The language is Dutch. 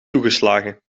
toegeslagen